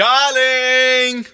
Darling